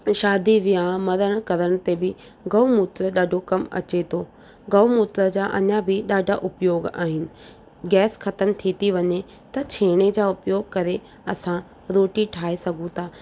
शादी व्याह मरण करण ते बि गऊ मूत्र डाढो कमु अचे थो गऊ मूत्र जा अञा बि ॾाढा उपयोगु आहिनि गैस ख़तमु थी थी वञे त छेणे जा उपयोग करे असां रोटी ठाहे सघूं था